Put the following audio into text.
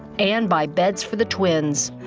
and buy beds for the twins.